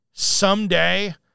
someday